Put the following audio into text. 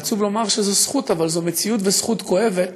ועצוב לומר שזו זכות אבל זו מציאות וזכות כואבת,